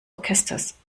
orchesters